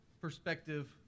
perspective